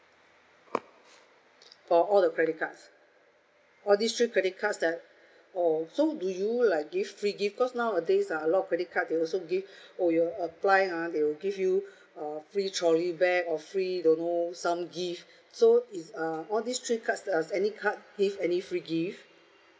for all the credits cards all these three credit cards that oh so do you like give free gift cause nowadays uh a lot of credit card they also give oh you apply uh they will give you uh free trolley bag or free don't know some gift so it's um all these three cards does any card give any free gift